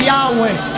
Yahweh